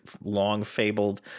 long-fabled